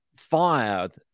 fired